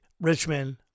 Richmond